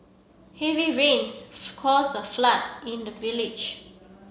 heavy rains caused the flood in the village